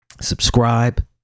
Subscribe